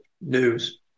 news